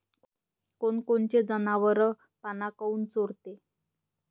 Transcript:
कोनकोनचे जनावरं पाना काऊन चोरते?